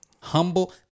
Humble